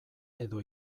edo